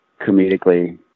comedically